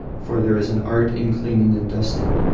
for there is an art in cleaning and dusting.